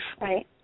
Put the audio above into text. Right